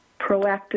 proactive